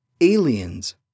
Aliens